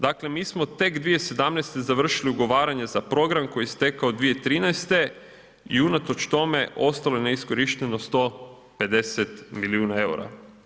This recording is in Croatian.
Dakle mi smo tek 2017. završili ugovaranje za program koji je istekao 2013. i unatoč tome ostalo je neiskorišteno 150 milijuna eura.